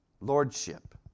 lordship